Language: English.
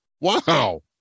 wow